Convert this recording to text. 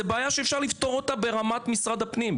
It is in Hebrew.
זו בעיה שאפשר לפתור אותה ברמת משרד הפנים.